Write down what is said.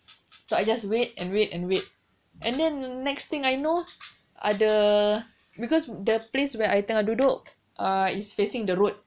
so I just wait and wait and wait and then the next thing I know ada because the place where I tengah duduk uh is facing the road